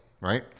right